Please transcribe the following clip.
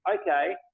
Okay